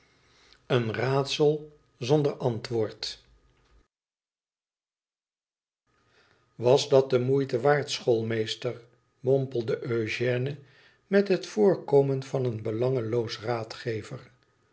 was dat de moeite waard schoolmeester mompelde eugène met het voorkomen van een belangeloos raadgever